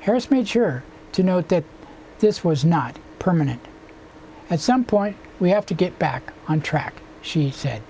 harris made sure to note that this was not permanent at some point we have to get back on track she said